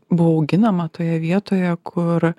buvo auginama toje vietoje kur